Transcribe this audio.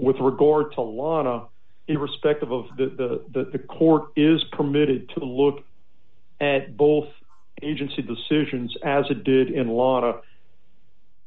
with regard to a lot of irrespective of the court is permitted to look at both agency decisions as it did in a lot of